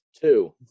Two